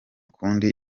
kundi